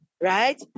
Right